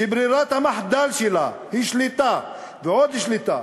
שברירת המחדל שלה היא שליטה ועוד שליטה,